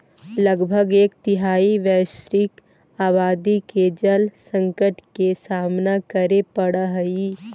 लगभग एक तिहाई वैश्विक आबादी के जल संकट के सामना करे पड़ऽ हई